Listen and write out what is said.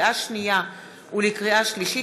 לקריאה שנייה ולקריאה שלישית,